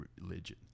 religion